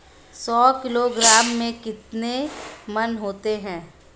सौ किलोग्राम में कितने मण होते हैं?